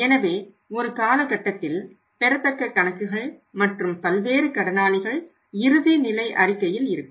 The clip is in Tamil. எனவே ஒரு காலகட்டத்தில் பெறத்தக்க கணக்குகள் மற்றும் பல்வேறு கடனாளிகள் இறுதிநிலை அறிக்கையில் இருக்கும்